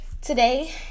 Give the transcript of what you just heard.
today